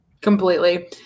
completely